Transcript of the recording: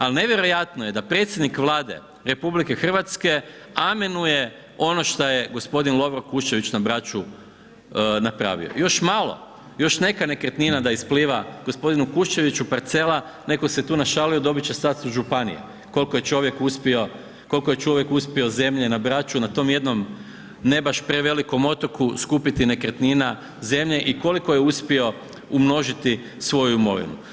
Al nevjerojatno je da predsjednik Vlade RH amenuje ono šta je gospodin Lovro Kušćević na Braču napravio, još malo još neka nekretnina da ispliva gospodinu Kuščeviću parcela, netko se tu našalio, dobit će status županije koliko je čovjek uspio, koliko je čovjek uspio zemlje na Braču, na tom jednom ne baš prevelikom otoku skupiti nekretnina, zemlje i koliko je uspio umnožiti svoju imovinu.